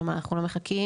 כלומר, אנחנו לא מחכים,